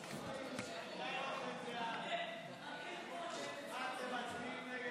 מה אתם מצביעים, נגד